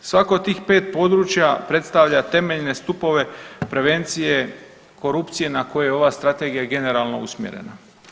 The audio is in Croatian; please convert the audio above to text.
Svako od tih 5 područja predstavlja temeljne stupove prevencije korupcije na koje je ova Strategija generalno usmjerena.